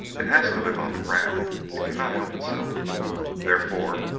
it has to live on the ground, it cannot help itself therefore,